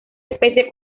especie